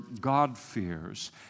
God-fears